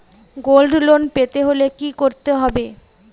Gold loan পেতে হলে কি করতে হবে?